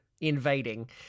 invading